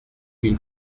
une